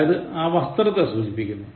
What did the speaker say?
അതായത് ഇത് വസ്ത്രത്തെ സൂചിപ്പിക്കുന്നു